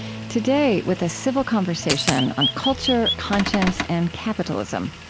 today, with a civil conversation on culture, conscience, and capitalism.